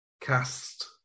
cast